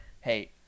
hey